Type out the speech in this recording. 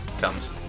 comes